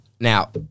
Now